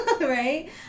right